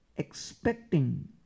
Expecting